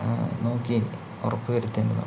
നോക്കി ഉറപ്പു വരുത്തേണ്ടതാണ്